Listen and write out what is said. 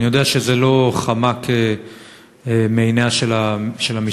אני יודע שזה לא חמק מעיניה של המשטרה,